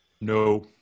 No